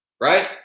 right